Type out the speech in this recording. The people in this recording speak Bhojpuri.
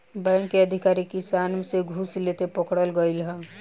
बैंक के अधिकारी किसान से घूस लेते पकड़ल गइल ह